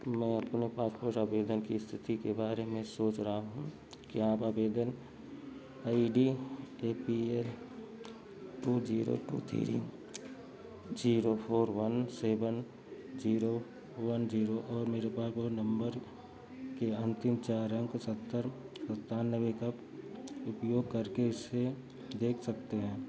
मैं अपने पासपोस आवेदन की स्थिति के बारे में सोच रहा हूँ क्या आप आवेदन I D A P L two zero two three zero four one seven zero one zero और मेरे पासपोर्ट नंबर के अंतिम चार अंक सत्तर उपयोग करके इसे देख सकते हैं